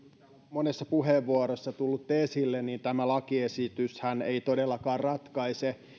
monessa puheenvuorossa tullut esille niin tämä lakiesityshän ei todellakaan ratkaise